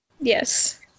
Yes